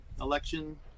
election